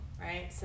right